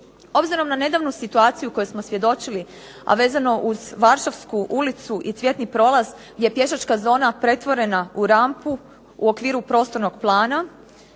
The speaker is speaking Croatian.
Obzirom na nedavnu situaciju kojoj smo svjedočili a vezano uz Varšavsku ulicu i Cvjetni prolaz gdje je pješačka zona pretvorena u rampu u okviru prostornog plana